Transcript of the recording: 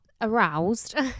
aroused